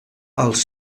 els